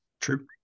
True